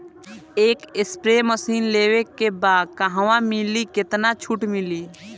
एक spray machine लेवे के बा कहवा मिली केतना छूट मिली?